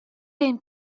vegn